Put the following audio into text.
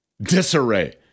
disarray